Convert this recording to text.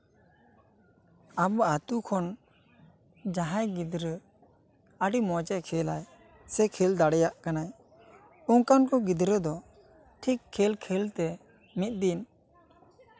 ᱟᱵᱚ ᱟᱛᱳ ᱠᱷᱚᱱ ᱡᱟᱦᱟᱸᱭ ᱜᱤᱫᱽᱨᱟᱹ ᱟᱹᱰᱤ ᱢᱚᱡᱽ ᱮ ᱠᱷᱮᱞ ᱟᱭ ᱥᱮ ᱠᱷᱮᱞ ᱫᱟᱲᱮᱭᱟᱜ ᱠᱟᱱᱟᱭ ᱚᱱᱠᱟᱱ ᱠᱚ ᱜᱤᱫᱽᱨᱟᱹ ᱫᱚ ᱴᱷᱤᱠ ᱠᱷᱮᱞ ᱠᱷᱮᱞᱛᱮ ᱢᱤᱫ ᱫᱤᱱ